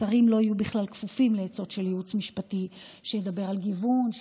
שרים לא יהיו בכלל כפופים לעצות של ייעוץ משפטי שידבר על גיוון,